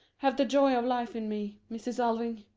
have the joy of life in me, mrs. alving!